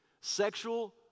sexual